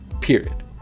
period